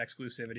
exclusivity